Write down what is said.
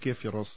K Firoz